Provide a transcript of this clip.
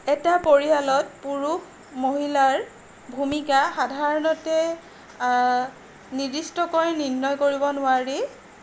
এটা পৰিয়ালত পুৰুষ মহিলাৰ ভূমিকা সাধাৰণতে নিৰ্দিষ্টকৈ নিৰ্ণয় কৰিব নোৱাৰি